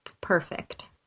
Perfect